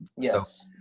yes